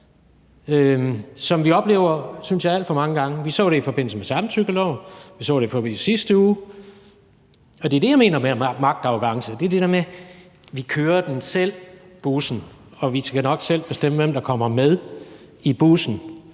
vi oplever alt for mange gange. Vi så det i forbindelse med samtykkeloven. Vi så det i sidste uge. Det er det, jeg mener med magtarrogance, altså det der med, at vi selv kører bussen, og vi skal nok selv bestemme, hvem der kommer med i bussen,